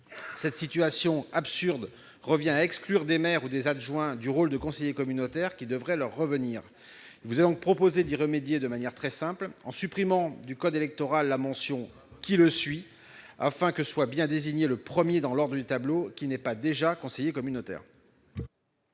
Cette situation absurde revient à exclure des maires ou des adjoints du rôle de conseiller communautaire qui devrait leur revenir. Il est donc proposé d'y remédier de manière très simple en supprimant du code électoral la mention « qui le suit », afin que soit bien désigné le premier dans l'ordre du tableau qui n'est pas déjà conseiller communautaire.